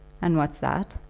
and what's that?